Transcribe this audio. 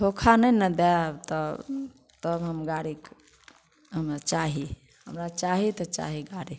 धोखा नहि ने देब तब तब हम गाड़ी हम्मे चाही हमरा चाही तऽ चाही गाड़ी